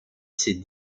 ses